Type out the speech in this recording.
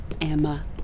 Emma